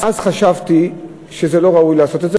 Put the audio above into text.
אז חשבתי שלא ראוי לעשות את זה,